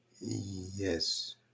Yes